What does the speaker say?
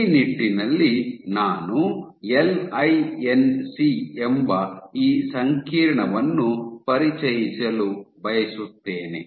ಈ ನಿಟ್ಟಿನಲ್ಲಿ ನಾನು ಎಲ್ ಐ ಏನ್ ಸಿ ಎಂಬ ಈ ಸಂಕೀರ್ಣವನ್ನು ಪರಿಚಯಿಸಲು ಬಯಸುತ್ತೇನೆ